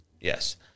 Yes